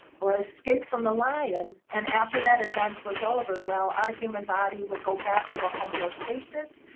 or escape from the lion, and after that event was over, well, our human body would go back to a homeostasis,